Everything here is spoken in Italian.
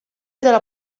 della